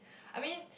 I mean